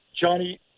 Johnny